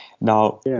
Now